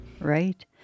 Right